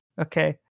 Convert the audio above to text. Okay